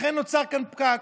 לכן נוצר כאן פקק.